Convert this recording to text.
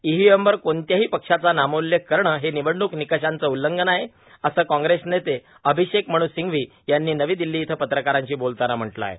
ईव्हांएमवर कोणत्याही पक्षाचा नामोल्लेख करणं हे र्यानवडणूक र्यानकषांचं उल्लंघन आहे असं कॉग्रेस नेते र्याभषेक मन् र्यासंघवी यांनी नवी दिल्लो इथं पत्रकारांशी बोलताना म्हटलं आहे